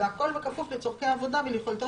והכול בכפוף לצורכי העבודה וליכולתו